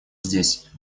здесь